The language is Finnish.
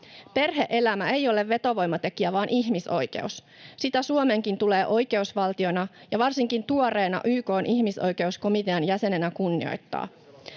Perhe-elämä ei ole vetovoimatekijä vaan ihmisoikeus. Sitä Suomenkin tulee oikeusvaltiona ja varsinkin tuoreena YK:n ihmisoikeuskomitean jäsenenä kunnioittaa.